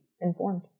informed